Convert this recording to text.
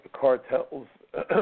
cartel's